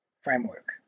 framework